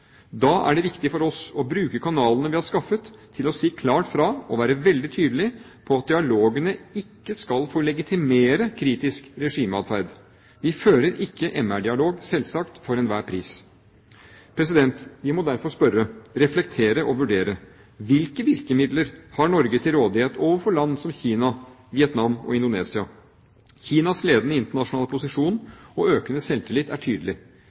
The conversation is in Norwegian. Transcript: Da er det viktig for oss å bruke kanalene vi har skaffet, til å si klart fra og være veldig tydelige på at dialogene ikke skal få legitimere kritisk regimeatferd. Vi fører selvsagt ikke MR-dialog for enhver pris. Vi må derfor spørre, reflektere og vurdere: Hvilke virkemidler har Norge til rådighet overfor land som Kina, Vietnam og Indonesia? Kinas ledende internasjonale posisjon og økende selvtillit er tydelig.